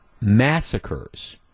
massacres